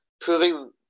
proving